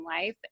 life